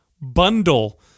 Bundle